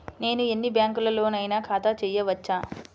నేను ఎన్ని బ్యాంకులలోనైనా ఖాతా చేయవచ్చా?